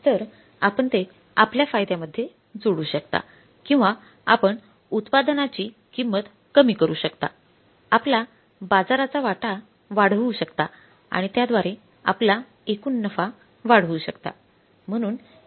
तर आपण ते आपल्या फायद्यामध्ये जोडू शकता किंवा आपण उत्पादनाची किंमत कमी करू शकता आपला बाजाराचा वाटा वाढवू शकता आणि त्याद्वारे आपला एकूण नफा वाढवू शकता